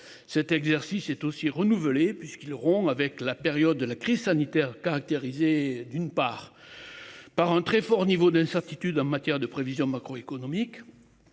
Cet exercice est aussi renouveler puisqu'il rompt avec la période de la crise sanitaire caractérisé, d'une part. Par un très fort niveau d'incertitude en matière de prévisions macroéconomiques.